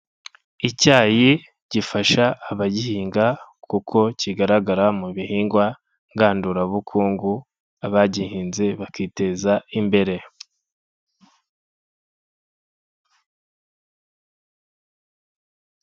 Icyayi gifasha abagihinga kuko kigaragara mu bihingwa ngandurabukungu, abagihinze bakiteza imbere.